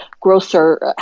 grocer